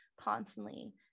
constantly